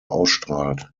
ausstrahlt